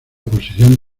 posición